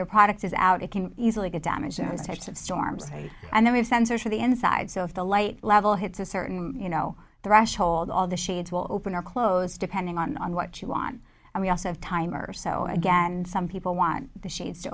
your product is out it can easily get damages types of storms and they have sensors for the inside so if the light level hits a certain you know threshold all the shades will open or close depending on what you want and we also have time or so again some people want the shades to